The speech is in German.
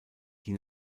die